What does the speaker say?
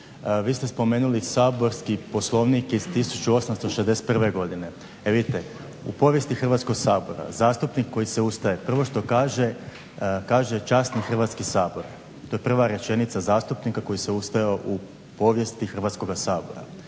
vi ste spomenuli saborski Poslovnik iz 1861. godine. E vidite, u povijesti Hrvatskog sabora zastupnik koji se ustaje prvo što kaže, kaže časni Hrvatski sabore, to je prva rečenica zastupnika koji se ustaje u povijesti Hrvatskoga sabora.